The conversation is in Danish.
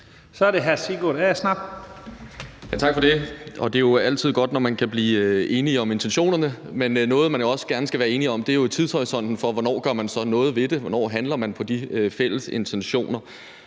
Kl. 16:30 Sigurd Agersnap (SF): Tak for det. Det er jo altid godt, når man kan blive enige om intentionerne. Men noget, man også gerne skal være enige om, er tidshorisonten for, hvornår man så gør noget ved det, og hvornår man handler på de fælles intentioner.